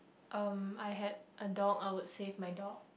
um I had a dog I would save my dog